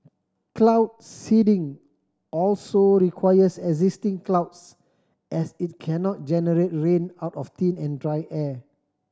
cloud seeding also requires existing clouds as it cannot generate rain out of thin and dry air